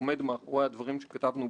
והם מנהלים את הכסף של כולנו.